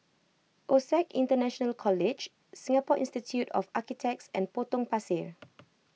O set International College Singapore Institute of Architects and Potong Pasir